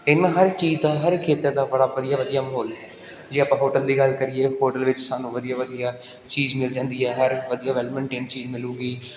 ਇਨ੍ਹਾਂ ਹਰ ਇੱਕ ਚੀਜ਼ ਦਾ ਹਰ ਖੇਤਰ ਦਾ ਬੜਾ ਵਧੀਆ ਵਧੀਆ ਮਾਹੌਲ ਹੈ ਜੇ ਆਪਾਂ ਹੋਟਲ ਦੀ ਗੱਲ ਕਰੀਏ ਹੋਟਲ ਵਿੱਚ ਸਾਨੂੰ ਵਧੀਆ ਵਧੀਆ ਚੀਜ਼ ਮਿਲ ਜਾਂਦੀ ਹੈ ਹਰ ਵਧੀਆ ਵੈਲ ਮੈਨਟੈਨ ਚੀਜ਼ ਮਿਲੇਗੀ